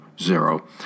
zero